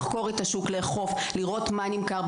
לחקור את השוק, לאכוף, לראות מה נמכר.